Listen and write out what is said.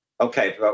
Okay